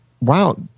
wow